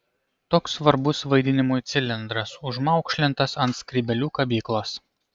toks svarbus vaidinimui cilindras užmaukšlintas ant skrybėlių kabyklos